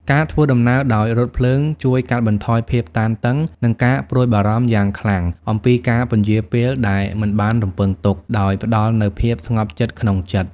ការធ្វើដំណើរដោយរថភ្លើងជួយកាត់បន្ថយភាពតានតឹង និងការព្រួយបារម្ភយ៉ាងខ្លាំងអំពីការពន្យារពេលដែលមិនបានរំពឹងទុក ដោយផ្តល់នូវភាពស្ងប់ចិត្តក្នុងចិត្ត។